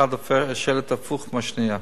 אחת שואלת הפוך מהשנייה.